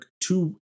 two